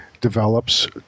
develops